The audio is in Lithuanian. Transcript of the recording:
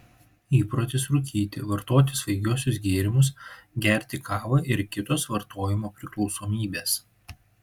įprotis rūkyti vartoti svaigiuosius gėrimus gerti kavą ir kitos vartojimo priklausomybės